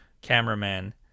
cameraman